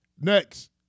Next